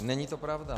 Není to pravda!